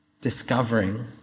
discovering